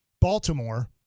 Baltimore